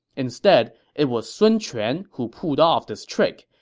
instead, it was sun quan who pulled off this trick,